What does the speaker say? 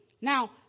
Now